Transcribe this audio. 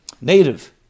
native